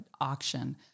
auction